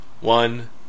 One